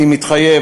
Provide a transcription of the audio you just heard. אני מתחייב.